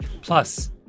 Plus